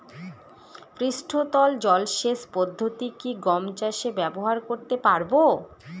পৃষ্ঠতল জলসেচ পদ্ধতি কি গম চাষে ব্যবহার করতে পারব?